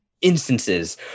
instances